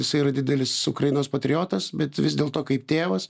jisai yra didelis ukrainos patriotas bet vis dėlto kaip tėvas